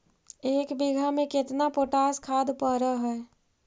एक बिघा में केतना पोटास खाद पड़ है?